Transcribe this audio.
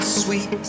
sweet